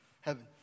heaven